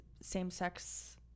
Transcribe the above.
same-sex